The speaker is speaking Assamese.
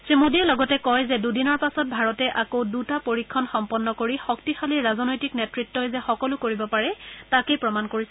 শ্ৰী মোডীয়ে লগতে কয় যে দুদিনৰ পাছত ভাৰতে আকৌ দুটা পৰিক্ষণ সম্পন্ন কৰি শক্তিশালী ৰাজনৈতিক নেতৃতই যে সকলো কৰিব পাৰে তাকেই পৰিস্ফুত কৰি তুলিছিল